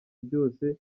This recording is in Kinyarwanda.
byose